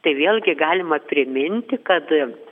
tai vėlgi galima priminti kad